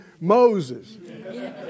Moses